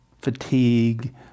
fatigue